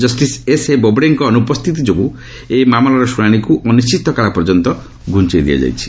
justice S A ବୋବଡ଼େଙ୍କ ଅନୁପସ୍ଥିତି ଯୋଗୁଁ ଏହି ମାମଲାର ଶୁଣାଶିକୁ ଅନିଶ୍ଚିତକାଳ ପର୍ଯ୍ୟନ୍ତ ଘୁଞ୍ଚାଇ ଦିଆଯାଇଛି